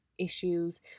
issues